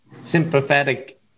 sympathetic